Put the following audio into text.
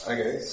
Okay